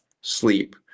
sleep